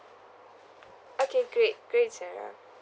okay great great sarah